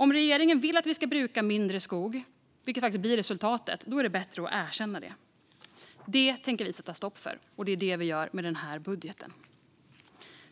Om regeringen vill att vi ska bruka mindre skog, vilket faktiskt blir resultatet, är det bättre att erkänna det. Det tänker vi sätta stopp för, och det gör vi med den här budgeten.